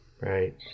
Right